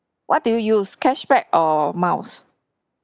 what do you use cashback or miles